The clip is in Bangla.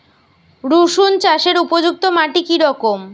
রুসুন চাষের উপযুক্ত মাটি কি রকম?